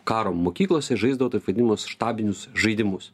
karo mokyklose žaizdavo taip vadinamus štabinius žaidimus